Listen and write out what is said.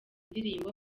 ndirimbo